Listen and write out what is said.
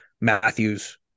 Matthews